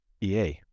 EA